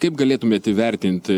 kaip galėtumėt įvertinti